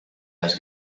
las